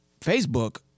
Facebook